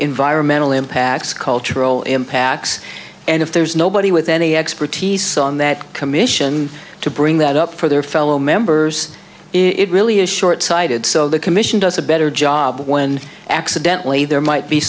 environmental impacts cultural impacts and if there's nobody with any expertise on that commission to bring that up for their fellow members it really is short sighted so the commission does a better job when accidentally there might be